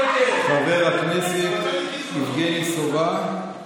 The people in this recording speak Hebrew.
חבר הכנסת יבגני סובה,